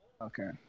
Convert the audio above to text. Okay